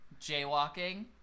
jaywalking